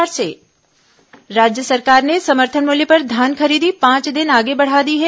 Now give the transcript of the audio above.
मंत्रिमंडल निर्णय राज्य सरकार ने समर्थन मूल्य पर धान खरीदी पांच दिन आगे बढ़ा दी है